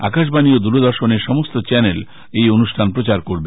আকাশবাণী ও দুরদর্শনের সমস্ত চ্যানেল এই অনুষ্ঠান প্রচার করবে